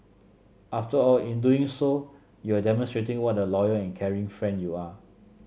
after all in doing so you are demonstrating what a loyal and caring friend you are